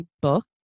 book